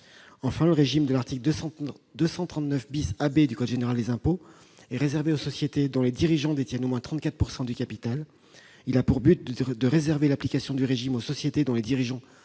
Enfin, le régime de l'article 239 AB du code général des impôts est réservé aux sociétés dont les dirigeants détiennent au moins 34 % du capital. Il a pour but de réserver l'application du régime aux sociétés dont les dirigeants